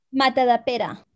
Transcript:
Matadapera